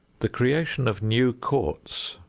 the creation of new courts,